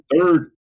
third